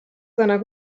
seiner